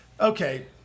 okay